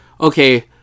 okay